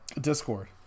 Discord